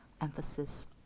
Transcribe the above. emphasis